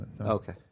okay